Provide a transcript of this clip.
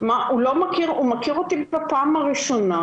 הוא מכיר אותי בפעם הראשונה,